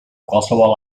qualsevol